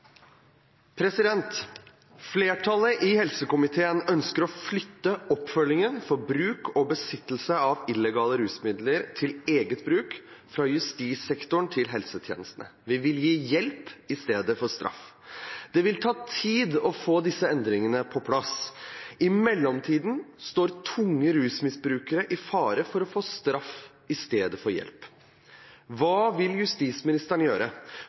ønsker å flytte oppfølgingen av bruk og besittelse av illegale rusmidler til eget bruk fra justissektoren til helsetjenesten. Det vil ta tid å få endringene på plass. I mellomtiden står tunge rusmisbrukere i fare for å få straff i stedet for hjelp. Hva vil